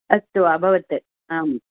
अस्तु अभवत् आम्